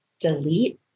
delete